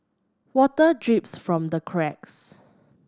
water drips from the cracks